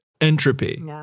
entropy